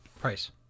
Price